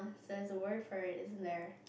so there's a word for it isn't there